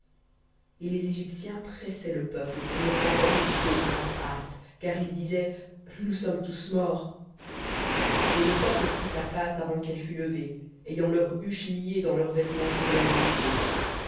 et les égyptiens pressaient le peuple pour le renvoyer du pays en hâte car ils disaient nous sommes tous morts et le peuple prit sa pâte avant qu'elle fût levée ayant leurs huches liées dans leurs vêtements sur leurs épaules